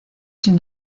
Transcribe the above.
sin